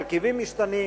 ההרכבים משתנים,